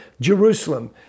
Jerusalem